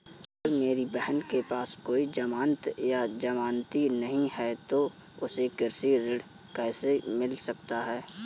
अगर मेरी बहन के पास कोई जमानत या जमानती नहीं है तो उसे कृषि ऋण कैसे मिल सकता है?